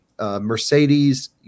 Mercedes